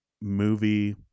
movie